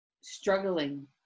struggling